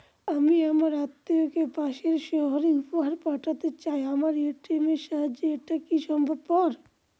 আমি আমার আত্মিয়কে পাশের সহরে উপহার পাঠাতে চাই আমার এ.টি.এম এর সাহায্যে এটাকি সম্ভবপর?